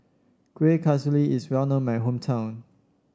Kuih Kasturi is well known in my hometown